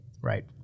right